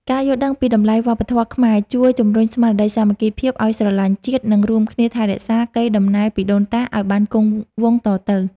ការយល់ដឹងពីតម្លៃវប្បធម៌ខ្មែរជួយជម្រុញស្មារតីសាមគ្គីភាពឱ្យស្រឡាញ់ជាតិ និង រួមគ្នាថែរក្សាកេរដំណែលពីដូនតាឱ្យបានគង់វង្សតទៅ។